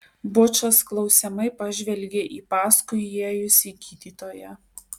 bučas klausiamai pažvelgė į paskui įėjusį gydytoją